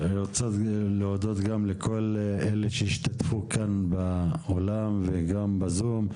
אני רוצה להודות גם לכל אלה שהשתתפו גם באולם וגם בזום.